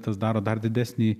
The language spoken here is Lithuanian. tas daro dar didesnį